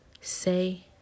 say